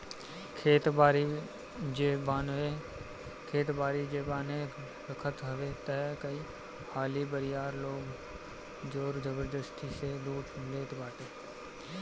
खेत बारी जे बान्हे रखत हवे तअ कई हाली बरियार लोग जोर जबरजस्ती से लूट लेट बाटे